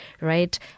right